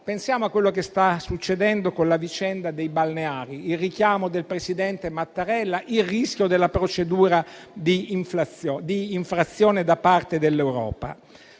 pensiamo a quello che sta succedendo con la vicenda dei balneari, al richiamo del presidente Mattarella e al rischio della procedura di infrazione da parte dell'Europa.